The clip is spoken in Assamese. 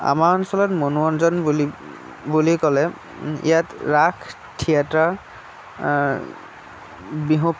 আমাৰ অঞ্চলত মনোৰঞ্জন বুলি বুলি ক'লে ইয়াত ৰাস থিয়েটাৰ বিহু